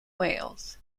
wales